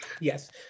Yes